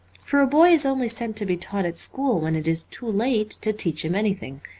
for a boy is only sent to be taught at school when it is too late to teach him anything.